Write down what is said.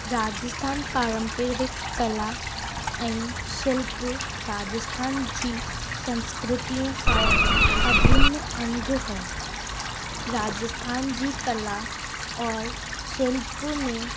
राजस्थान पारंपरिक कला ऐं शिल्प राजस्थान जी संस्कृतीअ सां अभिन अंग है राजस्थान जी कला और शिल्प में